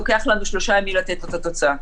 לוקח לנו שלושה ימים לתת לו את התוצאה.